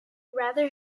rather